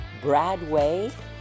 Bradway